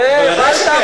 ודאי שכן,